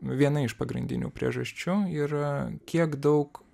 viena iš pagrindinių priežasčių yra kiek daug